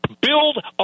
Build